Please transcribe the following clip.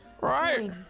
Right